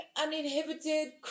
uninhibited